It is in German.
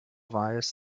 weiß